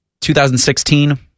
2016